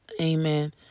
Amen